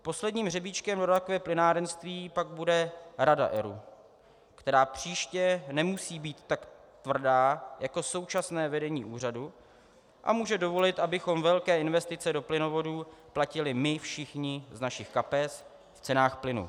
Posledním hřebíčkem do rakve plynárenství pak bude rada ERÚ, která příště nemusí být tak tvrdá jako současné vedení úřadu a může dovolit, abychom velké investice do plynovodů platili my všichni z našich kapes v cenách plynu.